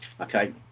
Okay